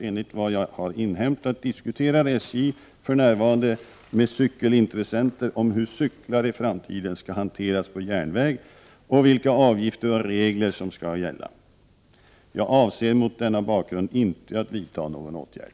Enligt vad jag har inhämtat diskuterar SJ för närvarande med cykelintressenter om hur cyklar i framtiden skall hanteras på järnväg och vilka avgifter och regler som skall gälla. Jag avser mot denna bakgrund inte att vidta någon åtgärd.